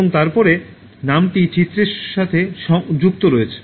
এবং তারপরে নামটি চিত্রের সাথে যুক্ত করেন